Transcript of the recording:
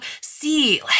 see